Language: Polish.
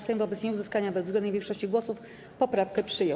Sejm wobec nieuzyskania bezwzględnej większości głosów poprawkę przyjął.